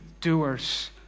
doers